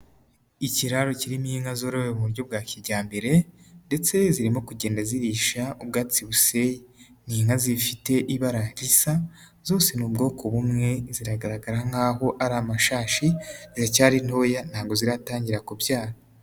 Ikiraro kirimo inka zorowe mu buryo bwa kijyambere ndetse zirimo kugenda zirisha ubwatsi buseye, ni inka zifite ibara risa, zose ni ubwoko bumwe, ziragaragara nk'aho ari amashashi, ziracyari ntoya ntabwo ziratangira kubyara.